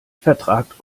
vertragt